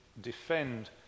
defend